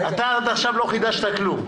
אתה עד עכשיו לא חידשת כלום.